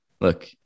look